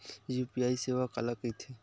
UPI सेवा काला कइथे?